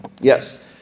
Yes